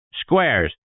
Squares